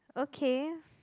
okay